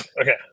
okay